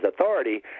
authority